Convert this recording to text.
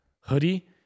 hoodie